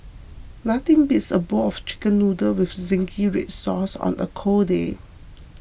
nothing beats a bowl of Chicken Noodles with Zingy Red Sauce on a cold day